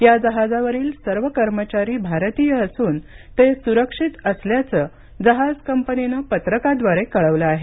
या जहाजावरील सर्व कर्मचारी भारतीय असून ते सुरक्षित असल्याचं जहाज कंपनीनं पत्रकाद्वारे कळवलं आहे